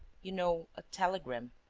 you know, a telegram.